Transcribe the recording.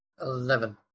Eleven